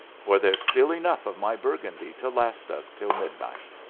for there's still enough of my burgundy to last us till midnight.